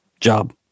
job